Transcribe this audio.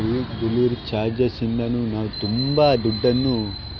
free delivery charges ಇಂದನೂ ನಾವು ತುಂಬಾ ದುಡ್ಡನ್ನು